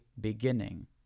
beginning